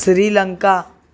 Sri Lanka